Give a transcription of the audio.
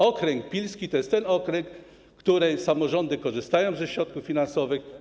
Okręg pilski to jest ten okręg, w którym samorządy korzystają z środków finansowych.